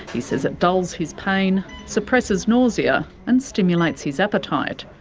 he says it dulls his pain, suppresses nausea and stimulates his appetite.